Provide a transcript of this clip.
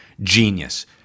genius